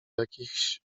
jakichś